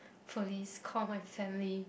police call my family